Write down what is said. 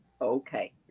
okay